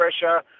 pressure